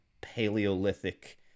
Paleolithic